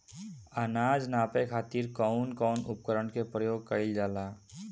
अनाज नापे खातीर कउन कउन उपकरण के प्रयोग कइल जाला?